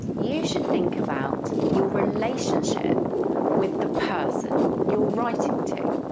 you should think about your relationship with the person you're writing to.